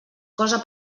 cosa